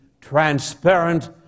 transparent